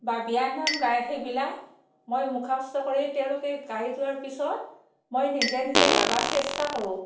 বা বিয়াৰ নাম গাই সেইবিলাক মই মুখস্ত কৰি তেওঁলোকে গাই যোৱাৰ পিছত মই নিজে নিজে গাব চেষ্টা কৰোঁ